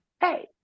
hey